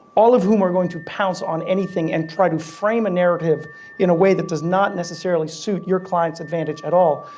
all of whom are going to pounce on anything and try to frame a narrative in a way that does not necessarily suit your client's advantage at all.